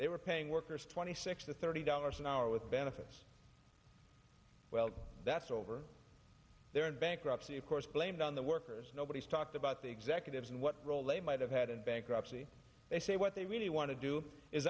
they were paying workers twenty six to thirty dollars an hour with benefits well that's over there in bankruptcy of course blamed on the workers nobody's talked about the executives and what role they might have had in bankruptcy they say what they really want to do is